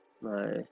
my-